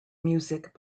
music